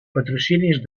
patrocinis